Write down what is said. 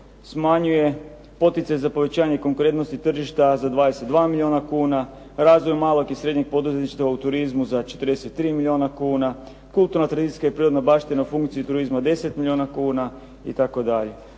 smanjuje poticaj za povećanje konkurentnosti tržišta za 22 milijuna kuna, razvoj malog i srednjeg poduzetništva u turizmu za 43 milijuna kuna, kulturna, tradicijska i prirodna baština u funkciji turizma 10 milijuna kuna itd.